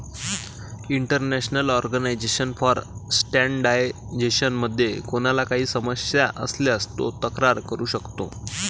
international organization for standardization मध्ये कोणाला काही समस्या असल्यास तो तक्रार करू शकतो